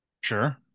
sure